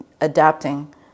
adapting